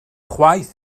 chwaith